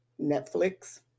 Netflix